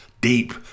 deep